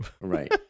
Right